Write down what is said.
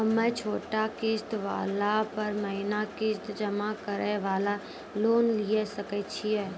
हम्मय छोटा किस्त वाला पर महीना किस्त जमा करे वाला लोन लिये सकय छियै?